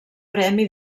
premi